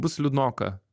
bus liūdnoka